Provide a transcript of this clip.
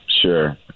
Sure